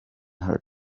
her